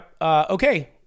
Okay